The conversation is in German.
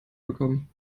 bekommen